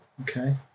Okay